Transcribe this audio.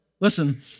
Listen